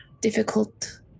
difficult